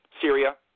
syria